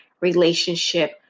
relationship